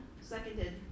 Seconded